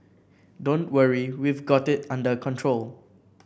don't worry we've got it under control